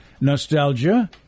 nostalgia